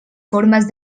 formes